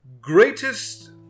greatest